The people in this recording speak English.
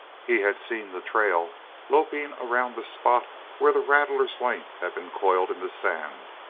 he had seen the trail looping around the spot where the rattler's length had been coiled in the sand,